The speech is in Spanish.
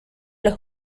los